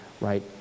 right